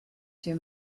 too